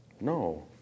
No